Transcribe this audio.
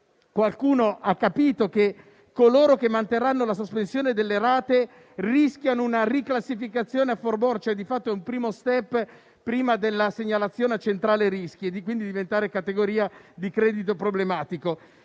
qualcuno ha capito che coloro che manterranno la sospensione delle rate rischiano una riclassificazione a *forborne* che, di fatto, è un primo *step* prima della segnalazione alla centrale rischi per essere inclusi nella categoria del credito problematico.